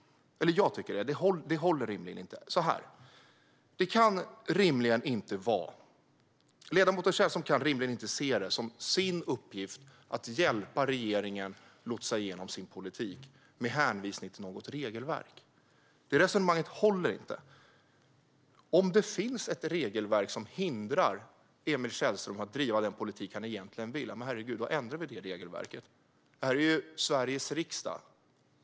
Ledamoten Källström kan rimligen inte se det som sin uppgift att hjälpa regeringen att lotsa igenom dess politik med hänvisning till något regelverk. Resonemanget håller inte. Om det finns något regelverk som hindrar Emil Källström att driva den politik han egentligen vill - herregud, då ändrar vi det regelverket! Det här är Sveriges riksdag.